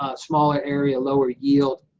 ah smaller area, lower yield,